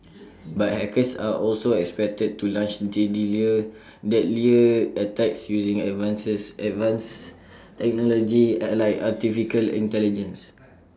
but hackers are also expected to launch deadlier attacks using advanced technology like Artificial Intelligence